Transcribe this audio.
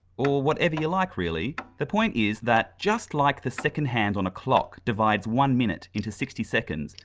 or whatever you like, really. the point is that just like the second hand on a clock divides one minute into sixty seconds,